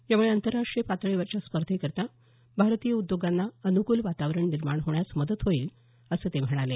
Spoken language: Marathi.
यामुळे आंतरराष्ट्रीय पातळीवरच्या स्पर्धेकरता भारतीय उद्योगांना अनुकूल वातावरण निर्माण होण्यास मदत होईल असं ते म्हणाले